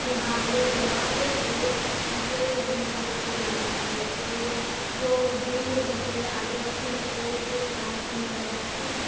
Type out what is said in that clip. कि हाँ ये लोहार है और ये इनसे बने सारी चीजें बनाता है और जो बिल होते हैं आदिवासी होते हैं वो भी एक गाँव में जा जाकर